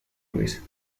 luis